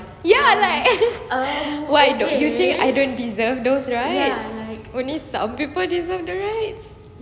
ya like what you think I don't deserve those rights only some people deserve the rights